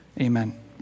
Amen